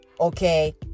okay